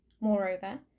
Moreover